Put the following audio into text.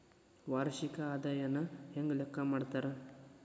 ವಾರ್ಷಿಕ ಆದಾಯನ ಹೆಂಗ ಲೆಕ್ಕಾ ಮಾಡ್ತಾರಾ?